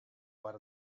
foar